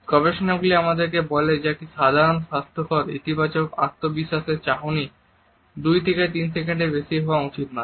গবেষণা গুলি আমাদের বলে যে একটি সাধারন স্বাস্থ্যকর ইতিবাচক আত্মবিশ্বাসের চাহনি 2 থেকে 3 সেকেন্ডের বেশি হওয়া উচিত নয়